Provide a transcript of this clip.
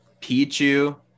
Pichu